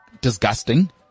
disgusting